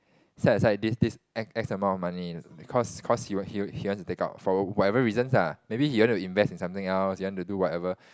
set aside this this X X amount of money cause cause he he he want to take out for whatever reason lah maybe he want to invest in something else he want to do whatever